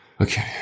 Okay